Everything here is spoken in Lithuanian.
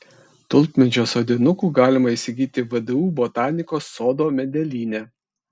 tulpmedžio sodinukų galima įsigyti vdu botanikos sodo medelyne